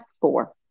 four